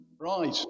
Right